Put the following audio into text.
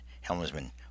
helmsman